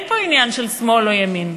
אין פה עניין של שמאל או ימין,